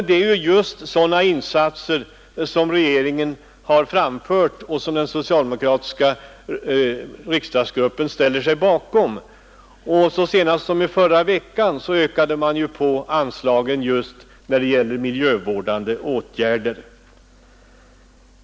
Det är just förslag om sådana insatser som regeringen har framfört och som den socialdemokratiska riksdagsgruppen ställer sig bakom. Så sent som i förra veckan ökades anslagen just för miljövårdande åtgärder.